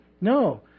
No